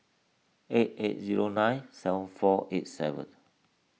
eight eight zero nine seven four eight seven